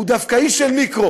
הוא דווקא איש של מיקרו,